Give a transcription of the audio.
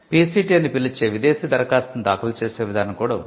PCT అని పిలిచే విదేశీ దరఖాస్తును దాఖలు చేసే విధానం కూడా ఉంది